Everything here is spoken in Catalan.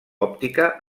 òptica